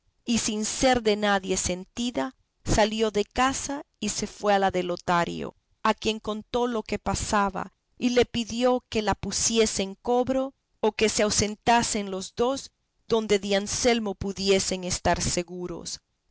y sin ser de nadie sentida salió de casa y se fue a la de lotario a quien contó lo que pasaba y le pidió que la pusiese en cobro o que se ausentasen los dos donde de anselmo pudiesen estar seguros